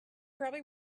probably